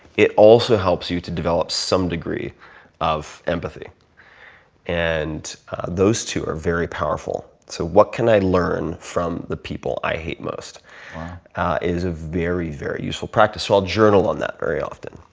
it also helps you to develop some degree of empathy and those two are very powerful. so what can i learn from the people i hate most is a very, very useful practice. i'll journal on that very often.